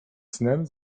snem